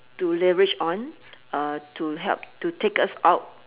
to leverage on uh to help to take us out